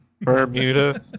Bermuda